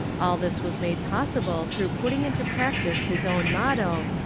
all this was made possible through putting into practice his own motto,